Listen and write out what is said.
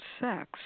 sex